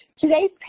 Today's